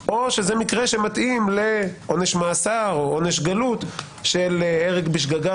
או שזה מקרה שמתאים לעונש מאסר או עונש גלות של הרג בשגגה.